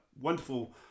wonderful